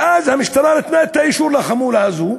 ואז המשטרה נתנה את האישור לחמולה הזו,